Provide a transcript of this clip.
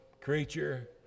creature